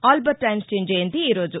Albert Einstein జయంతి ఈరోజు